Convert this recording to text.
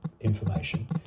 information